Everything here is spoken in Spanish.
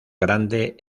grande